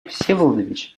всеволодович